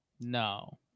No